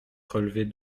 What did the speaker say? relever